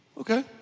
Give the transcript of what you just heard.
Okay